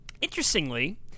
Interestingly